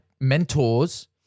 mentors